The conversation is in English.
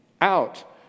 out